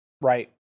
right